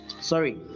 Sorry